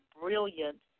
brilliant